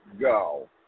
go